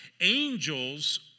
Angels